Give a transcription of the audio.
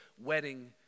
wedding